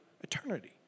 eternity